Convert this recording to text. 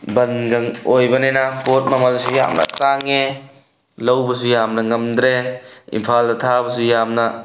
ꯕꯟꯒ ꯑꯣꯏꯕꯅꯤꯅ ꯄꯣꯠ ꯃꯃꯜꯁꯨ ꯌꯥꯝꯅ ꯇꯥꯡꯉꯦ ꯂꯧꯕꯁꯨ ꯌꯥꯝꯅ ꯉꯝꯗ꯭ꯔꯦ ꯏꯝꯐꯥꯜꯗ ꯊꯥꯕꯁꯨ ꯌꯥꯝꯅ